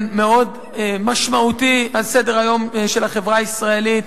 מאוד משמעותי על סדר-היום של החברה הישראלית.